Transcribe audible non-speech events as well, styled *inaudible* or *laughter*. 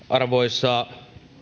*unintelligible* arvoisa